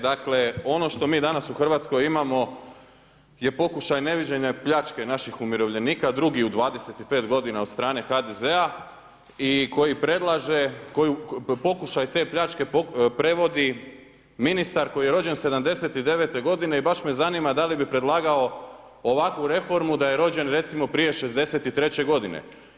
Dakle ono što mi danas u Hrvatskoj imamo je pokušaj neviđene pljačke naših umirovljenika, drugi u 25 godina od strane HDZ-a i pokušaj te pljačke prevodi, ministar koji je rođen '79. godine i baš me zanima da li bi predlagao ovakvu reformu da je rođen recimo prije '63. godine.